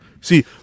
See